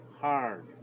hard